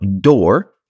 door